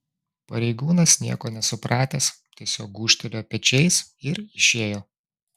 pareigūnas nieko nesupratęs tiesiog gūžtelėjo pečiais ir išėjo